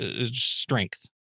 strength